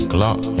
Glock